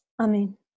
Amen